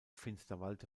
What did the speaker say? finsterwalde